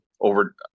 over